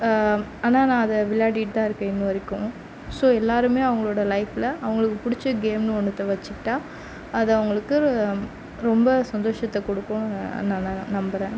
ஆனால் நான் அதை விளாடிட்டுதான் இருக்கேன் இன்னை வரைக்கும் ஸோ எல்லோருமே அவங்களோட லைஃப்பில் அவங்களுக்கு பிடிச்ச கேம்னு ஒன்னுத்தை வெச்சிகிட்டா அதை அவங்களுக்கு ரொம்ப சந்தோஷத்தை கொடுக்கும் அதனால் நான் நம்புகிறேன்